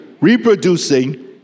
reproducing